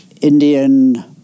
Indian